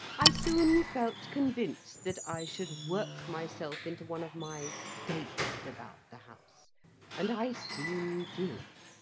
i soon felt convinced that i should work myself into one of my states about the house and i soon did.